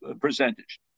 percentage